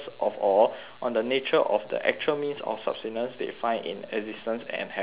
on the nature of the actual means of subsistence they find in existence and have to reproduce